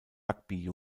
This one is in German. rugby